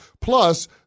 Plus